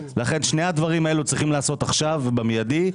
לכן שני הדברים האלו צריכים להיעשות עכשיו במיידי.